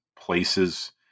places